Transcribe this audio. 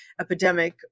epidemic